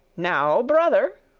now, brother,